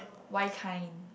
why kind